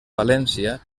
valència